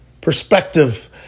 Perspective